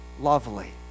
lovely